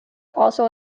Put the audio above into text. also